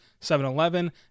7-Eleven